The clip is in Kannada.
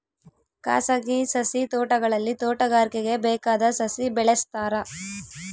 ಖಾಸಗಿ ಸಸಿ ತೋಟಗಳಲ್ಲಿ ತೋಟಗಾರಿಕೆಗೆ ಬೇಕಾದ ಸಸಿ ಬೆಳೆಸ್ತಾರ